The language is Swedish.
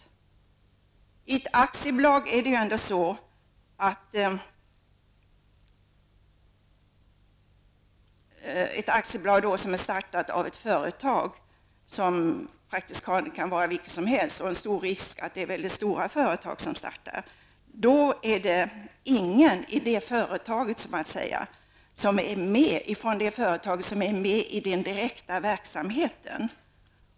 När ett aktiebolag startats av ett företag -- och det kan vara praktiskt taget vilket företag som helst, också ett mycket stort sådant -- är det ingen i det företaget som deltar i den direkta verksamheten.